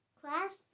Class